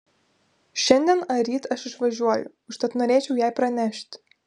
šiandien ar ryt aš išvažiuoju užtat norėčiau jai pranešti